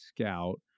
Scout